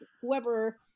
whoever